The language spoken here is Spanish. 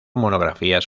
monografías